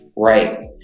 Right